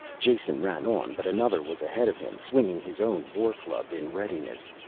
jason ran on but another was ahead of him, swinging his own war club in readiness.